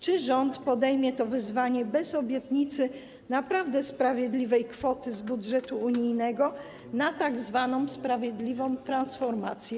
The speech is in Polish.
Czy rząd podejmie to wyzwanie bez obietnicy naprawdę sprawiedliwej kwoty z budżetu unijnego na tzw. sprawiedliwą transformację?